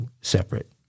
separate